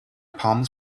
palms